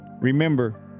remember